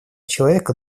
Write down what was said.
человека